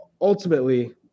ultimately